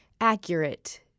accurate